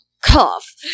cough